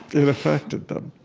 it affected them.